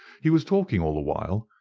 he was talking all the while,